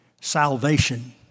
salvation